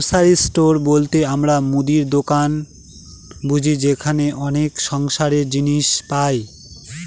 grocery store বলতে আমরা মুদির দোকান বুঝি যেখানে অনেক সংসারের জিনিস পাই